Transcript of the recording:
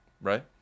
Right